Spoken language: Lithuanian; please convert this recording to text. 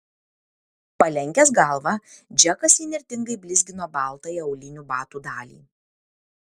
palenkęs galvą džekas įnirtingai blizgino baltąją aulinių batų dalį